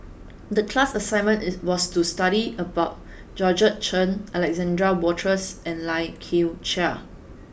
the class assignment it was to study about Georgette Chen Alexander Wolters and Lai Kew Chai